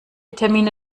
termine